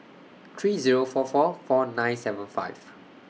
three Zero four four four nine seven five